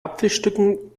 apfelstücken